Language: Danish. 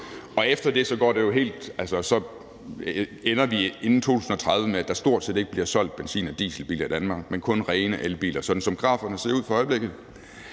Og efter det ender vi inden 2030 med, at der stort set ikke bliver solgt benzin- og dieselbiler i Danmark, men kun rene elbiler, sådan som graferne ser ud for øjeblikket.